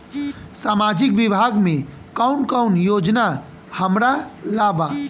सामाजिक विभाग मे कौन कौन योजना हमरा ला बा?